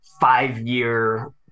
five-year